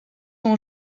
sont